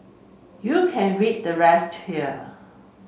you can read the rest here